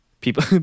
People